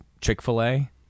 Chick-fil-A